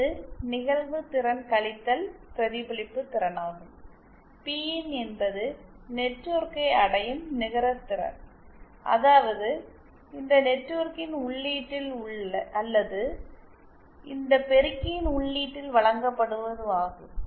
இது நிகழ்வு திறன் கழித்தல் பிரதிபலிப்பு திறனாகும் பிஇன் என்பது நெட்வொர்க்கை அடையும் நிகர திறன் அதாவது இந்த நெட்வொர்க்கின் உள்ளீட்டில் அல்லது இந்த பெருக்கியின் உள்ளீட்டில் வழங்கப்படுவதாகும்